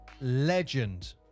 legend